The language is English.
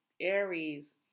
Aries